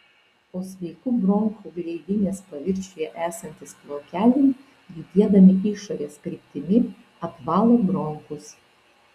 o sveikų bronchų gleivinės paviršiuje esantys plaukeliai judėdami išorės kryptimi apvalo bronchus